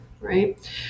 right